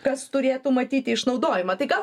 kas turėtų matyti išnaudojimą tai gal